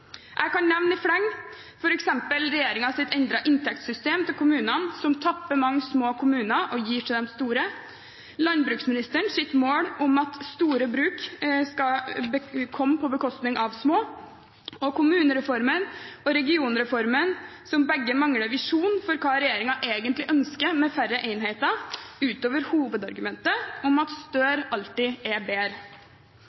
Jeg kan nevne i fleng: f.eks. regjeringens endrede inntektssystem til kommunene, som tapper mange små kommuner og gir til de store, landbruksministerens mål om at store bruk skal komme på bekostning av små, og kommunereformen og regionreformen som begge mangler visjon for hva regjeringen egentlig ønsker med færre enheter utover hovedargumentet om at